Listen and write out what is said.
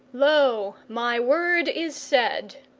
lo, my word is said.